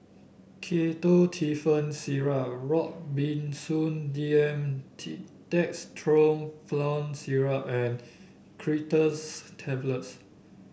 Ketotifen Syrup Robitussin D M T Dextromethorphan Syrup and Creaters Tablets